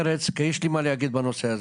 כי יש לי מה להגיד בנושא הזה.